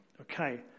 Okay